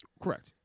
Correct